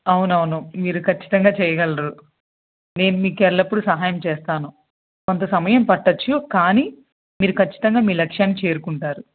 అవునవును మీరు ఖచ్చితంగా చెయ్యగలరు నేను మీకు ఎల్లప్పుడు సహాయం చేస్తాను కొంత సమయం పట్టొచ్చు కానీ మీరు ఖచ్చితంగా మీ లక్ష్యాన్ని చేరుకుంటారు